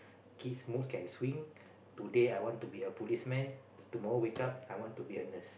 kids mood can swing today I want to be a policeman tomorrow wake up I want to be a nurse